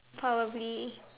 probably